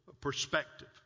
perspective